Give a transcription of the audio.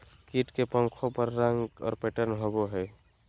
कीट के पंखों पर रंग और पैटर्न होबो हइ